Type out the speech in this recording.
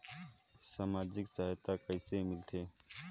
समाजिक सहायता कइसे मिलथे?